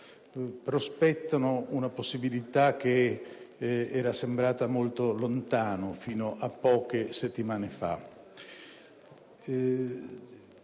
prospettano una possibilità che era sembrata molto lontana fino a poche settimane fa.